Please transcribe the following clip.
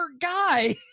guy